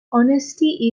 honesty